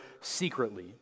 secretly